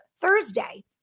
Thursday